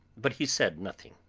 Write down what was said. but he said nothing.